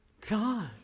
God